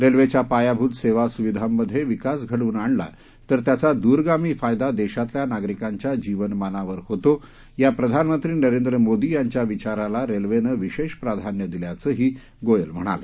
रेल्वेच्या पायाभूत सेवासुविधांमध्ये विकास घडवून आणला तर त्याचा दूरगामी फायदा देशातल्या नागरिकांच्या जीवनमानावर होतो या प्रधानमंत्री नरेंद्र मोदी यांच्या विचाराला रेल्वेनं विशेष प्राधान्य दिल्याचंही गोयल म्हणाले